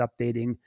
updating